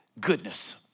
Goodness